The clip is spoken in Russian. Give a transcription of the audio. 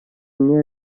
мне